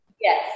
Yes